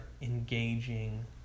engaging